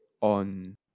on